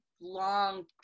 long